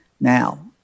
now